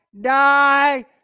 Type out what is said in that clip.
die